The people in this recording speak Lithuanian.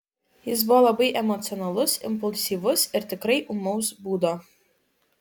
jis buvo labai emocionalus impulsyvus ir tikrai ūmaus būdo